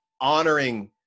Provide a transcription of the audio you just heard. honoring